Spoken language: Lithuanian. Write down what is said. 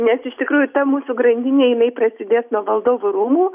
nes iš tikrųjų ta mūsų grandinė jinai prasidės nuo valdovų rūmų